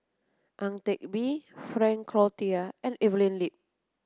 Ang Teck Bee Frank Cloutier and Evelyn Lip